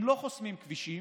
הם לא חוסמים כבישים,